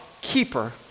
keeper